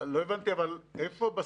אבל לא הבנתי.